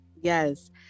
Yes